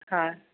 हा